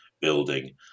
building